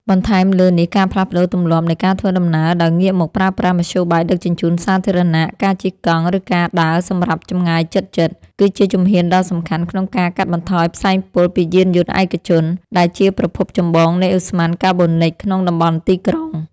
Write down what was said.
បន្ថែមលើនេះ ការផ្លាស់ប្តូរទម្លាប់នៃការធ្វើដំណើរដោយងាកមកប្រើប្រាស់មធ្យោបាយដឹកជញ្ជូនសាធារណៈ ការជិះកង់ ឬការដើរសម្រាប់ចម្ងាយជិតៗ គឺជាជំហានដ៏សំខាន់ក្នុងការកាត់បន្ថយផ្សែងពុលពីយានយន្តឯកជន ដែលជាប្រភពចម្បងនៃឧស្ម័នកាបូនិកក្នុងតំបន់ទីក្រុង។